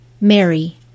Mary